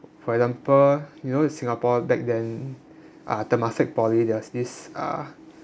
for example you know in singapore back then uh temasek poly there's this uh